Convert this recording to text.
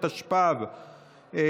התשפ"ב 2022,